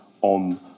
on